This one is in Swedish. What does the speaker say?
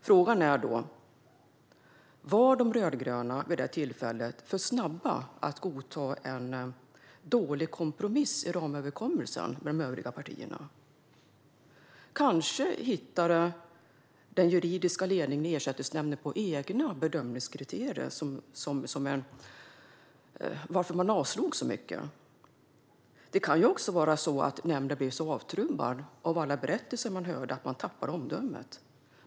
Frågan är då: Var de rödgröna vid det tillfället för snabba att godta en dålig kompromiss i ramöverenskommelsen med de övriga partierna? Kanske hittade den juridiska ledningen i Ersättningsnämnden på egna bedömningskriterier. Det kan vara en orsak till att man avslog så mycket. Det kan också vara så att man i nämnden blev så avtrubbad av alla berättelser man hörde att man tappade omdömet.